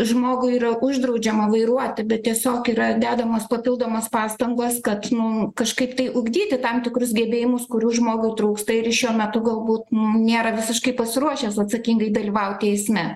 žmogui yra uždraudžiama vairuot bet tiesiog yra dedamos papildomos pastangos kad nu kažkaip tai ugdyti tam tikrus gebėjimus kurių žmogui trūksta ir šiuo metu galbūt nu nėra visiškai pasiruošęs atsakingai dalyvauti eisme